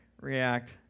react